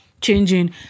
changing